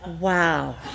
Wow